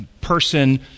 person